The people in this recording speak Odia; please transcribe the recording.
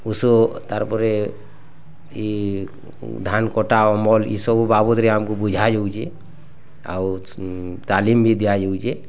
ଓଷ ତାର୍ ପରେ ଏ ଧାନ କଟା ଅମଲ୍ ଏସବୁ ବାବଦରେ ଆମକୁ ବୁଝାଯାଉଛି ଆଉ ତାଲିମ୍ ବି ଦିଆଯାଉଛି